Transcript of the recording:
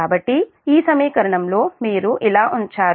కాబట్టి ఈ సమీకరణంలో మీరు ఇలా ఉంచారు